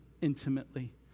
intimately